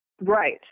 right